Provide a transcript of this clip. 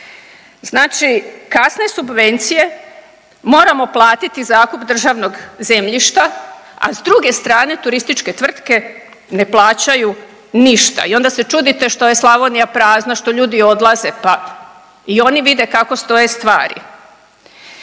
Znači kasne subvencije moramo platiti zakup državnog zemljišta, a s druge strane turističke tvrtke ne plaćaju ništa i onda se čudite što je Slavonija prazna, što ljudi odlaze. Pa i oni vide kako stoje stvari.